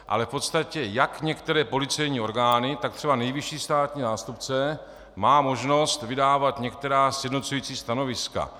Ale v podstatě jak některé policejní orgány, tak třeba nejvyšší státní zástupce má možnost vydávat některá sjednocující stanoviska.